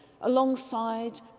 alongside